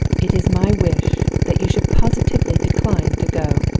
it is my wish that you should positively decline to go.